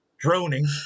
Droning